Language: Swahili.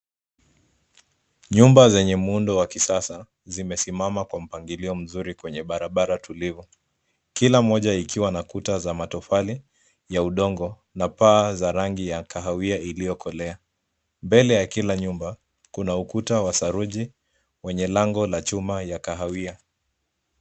Nyumba zenye muundo wa kisasa zimesimama kwa mpangilio mzuri kwenye Barabara tulivu. Kila moja ikiwa na Kuta za matofali ya udongo na paa za rangi ya kahawia iliyokolea .Mbele ya Kila nyumba Kuna ukuta wa saruji wenye lango la chuma ya kahawia.